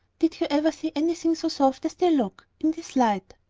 did you ever see anything so soft as they look in this light?